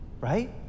Right